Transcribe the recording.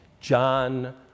John